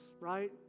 right